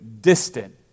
distant